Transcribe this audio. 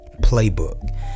Playbook